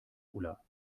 ulla